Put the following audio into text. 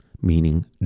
meaning